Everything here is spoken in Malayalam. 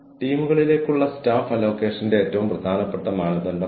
ഒരുപക്ഷേ ചില ആളുകൾ ഇതിനകം അത് ചെയ്യുന്നുണ്ടാകാം